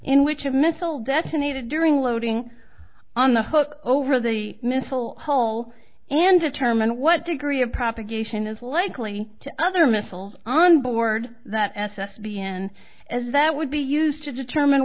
in which a missile detonated during loading on the hook over the missile hole and determine what degree of propagation is likely to other missile on board that s s b end as that would be used to determine